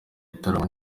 gitaramo